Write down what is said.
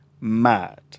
mad